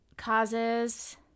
causes